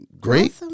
Great